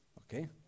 Okay